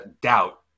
doubt